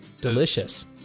delicious